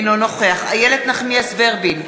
אינו נוכח איילת נחמיאס ורבין,